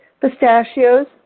Pistachios